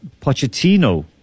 Pochettino